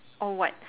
or what